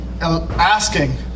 asking